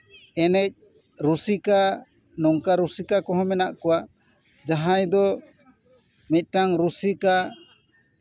ᱮᱱᱮᱡ ᱨᱩᱥᱤᱠᱟ ᱱᱚᱝᱠᱟ ᱨᱩᱥᱤᱠᱟ ᱠᱚᱦᱚᱸ ᱢᱮᱱᱟᱜ ᱠᱚᱣᱟ ᱡᱟᱦᱟᱸᱭ ᱫᱚ ᱢᱤᱫᱴᱟᱝ ᱨᱩᱥᱤᱠᱟ